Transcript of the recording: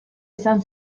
izan